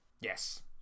Yes